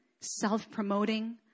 self-promoting